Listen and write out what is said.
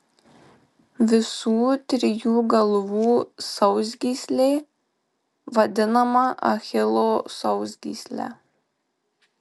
visų trijų galvų sausgyslė vadinama achilo sausgysle